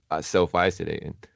self-isolating